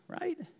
right